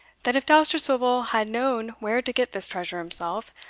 that if dousterswivel had known where to get this treasure himself,